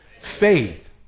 Faith